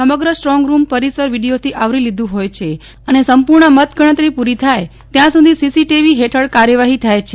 સમગ્ર સ્ટ્રોંગરૂમ પરિસર વિડિયોથી આવરી લીધું હોય છે અને સંપૂર્ણ મતગણતરી પૂરી થાય ત્યાં સુધી સીસીટીવી હેઠળ કાર્યવાહી થાય છે